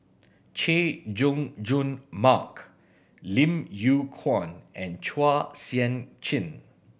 Chay Jung Jun Mark Lim Yew Kuan and Chua Sian Chin